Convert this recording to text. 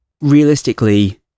Realistically